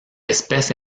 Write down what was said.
espèce